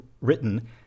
written